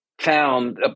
found